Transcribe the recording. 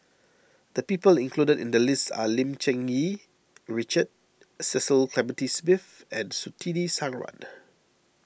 the people included in the list are Lim Cherng Yih Richard Cecil Clementi Smith and Surtini Sarwan